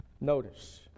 Notice